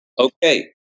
Okay